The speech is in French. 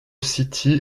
city